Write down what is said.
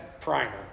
primer